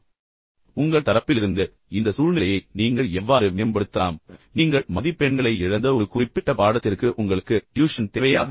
பின்னர் உங்கள் தரப்பிலிருந்து இந்த சூழ்நிலையை நீங்கள் எவ்வாறு மேம்படுத்தலாம் என்பதைப் பார்ப்போம் நீங்கள் மதிப்பெண்களை இழந்த ஒரு குறிப்பிட்ட பாடத்திற்கு உங்களுக்கு தனிக் சூழ்நிலையை தேவையா